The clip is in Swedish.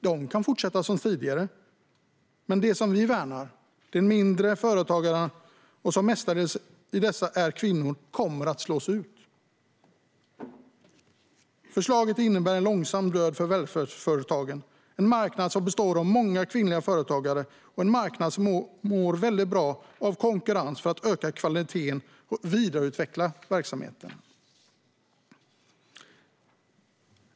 De kan fortsätta som tidigare, men de som vi värnar, de mindre företagarna, som mestadels är kvinnor, kommer att slås ut. Förslaget innebär en långsam död för välfärdsföretagen. Detta är en marknad med många kvinnliga företagare och en marknad som mår väldigt bra av konkurrens för att öka kvaliteten och vidareutveckla verksamheterna.